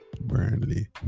Burnley